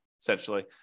essentially